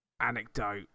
Anecdote